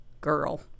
girl